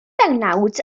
bennawd